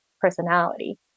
personality